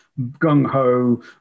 gung-ho